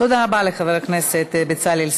תודה רבה לחבר הכנסת בצלאל סמוטריץ.